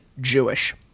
Jewish